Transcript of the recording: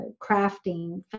crafting